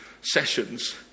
sessions